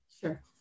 Sure